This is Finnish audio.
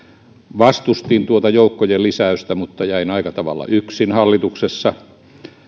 vastustin tuota joukkojen lisäystä mutta jäin aika tavalla yksin hallituksessa